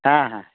ᱦᱮᱸ ᱦᱮᱸ